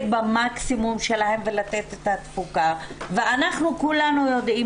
במקסימום שלהן ולתת את התפוקה ואנחנו כולנו יודעים